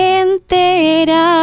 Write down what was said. entera